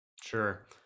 Sure